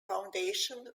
foundation